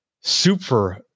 super